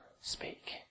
speak